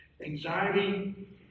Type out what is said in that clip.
Anxiety